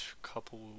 couple